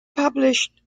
published